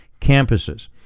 campuses